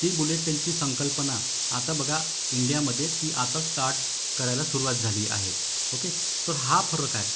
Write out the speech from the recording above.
ती बुलेट टेनची संकल्पना आता बघा इंडियामध्ये ती आता स्टार्ट करायला सुरुवात झाली आहे ओके तर हा फरक आहे